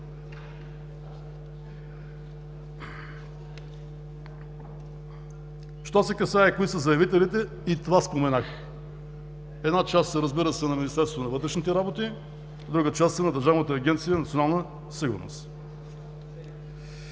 Що се касае: кои са заявителите – и това споменах. Една част, разбира се, са на Министерството на вътрешните работи. Друга част са на Държавна агенция „Национална сигурност“.